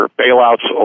bailouts